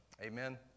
amen